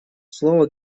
слово